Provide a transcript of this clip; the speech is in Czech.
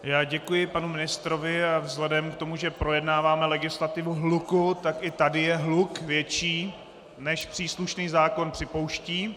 Já děkuji panu ministrovi, a vzhledem k tomu, že projednáváme legislativu hluku, tak i tady je hluk větší, než příslušný zákon připouští.